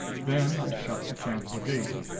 then i shut the chancel gate,